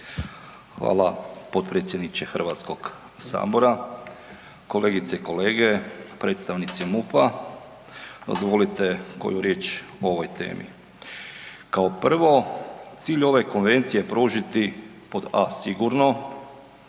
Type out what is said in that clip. Hvala potpredsjedniče Hrvatskog sabora. Kolegice i kolege, predstavnici MUP-a dozvolite koju riječ o ovoj temi. Kao prvo cilj ove konvencije je pružiti pod a)sigurno,